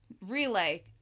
relay